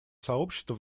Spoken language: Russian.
сообщество